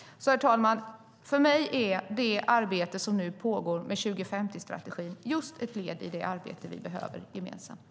Herr talman! För mig är det arbete som nu pågår med 2050-strategin just ett led i det arbete vi behöver gemensamt.